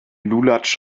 lulatsch